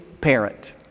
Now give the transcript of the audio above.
parent